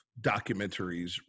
documentaries